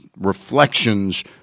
reflections